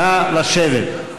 נא לשבת.